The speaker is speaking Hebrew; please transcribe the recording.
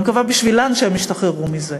אני מקווה בשבילן שהן השתחררו מזה,